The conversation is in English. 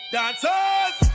Dancers